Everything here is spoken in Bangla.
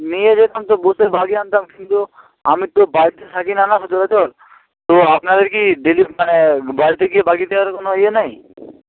নিয়ে যেতাম তো বসে বাগিয়ে আনতাম কিন্তু আমি তো বাড়িতে থাকি না না সচরাচর তো আপনাদের কি ডেলি মানে বাড়িতে গিয়ে বাকি দেওয়ার কোনো ইয়ে নাই